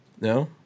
No